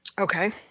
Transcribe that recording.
Okay